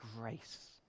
grace